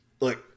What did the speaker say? Look